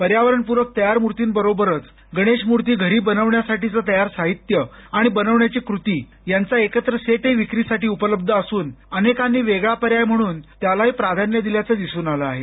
पर्यावरणपूरक तयार मूर्तींबरोबरच गणेश मूर्ती घरी बनवण्यासाठीचं तयार साहित्य आणि बनवण्याची कृती यांचा एकत्र सेटही विक्रीसाठी उपलब्ध असून अनेकांनी वेगळा पर्याय म्हणून त्यालाही प्राधान्य दिल्याचं दिसून आलं आहे